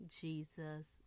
jesus